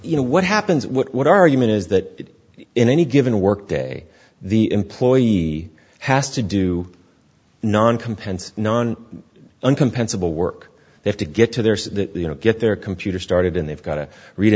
you know what happens what are you mean is that in any given work day the employee has to do noncompetitive and compensable work they have to get to their you know get their computer started and they've got to read